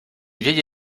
vieille